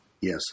Yes